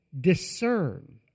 discern